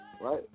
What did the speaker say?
Right